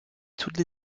toutes